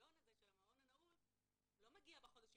הניסיון הזה של המעון הנעול לא מגיע בחודשים